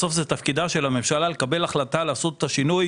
בסוף זה תפקידה של הממשלה לקבל החלטה לעשות את השינוי